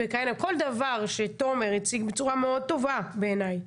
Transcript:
כל דבר שתומר הציג בצורה מאוד טובה בעיניי